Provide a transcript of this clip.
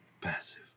passive